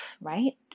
right